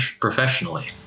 professionally